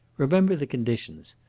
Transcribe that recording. remember the conditions.